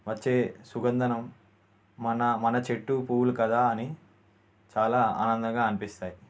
వచ్చే సుగంధం మన మన చెట్టు పూలు కదా అని చాలా ఆనందంగా అనిపిస్తాయి